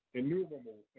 innumerable